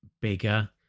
bigger